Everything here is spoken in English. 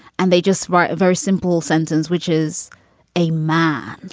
and they just want a very simple sentence, which is a man.